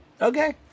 okay